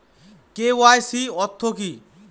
KYC অর্থ কি?